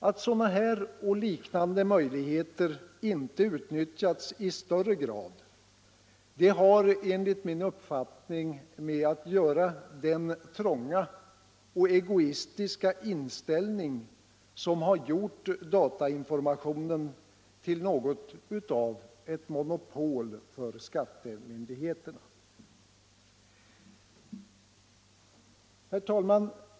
Att sådana här och liknande möjligheter inte utnyttjats i högre grad sammanhänger enligt min uppfattning med den trånga och egoistiska inställning som har gjort datainformationen till något av ett monopol för skattemyndigheterna. Herr talman!